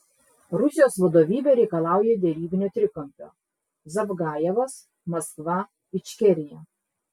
rusijos vadovybė reikalauja derybinio trikampio zavgajevas maskva ičkerija